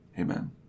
Amen